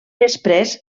després